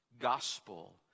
gospel